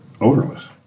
odorless